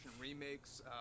remakes